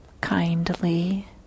kindly